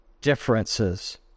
differences